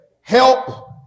Help